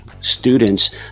students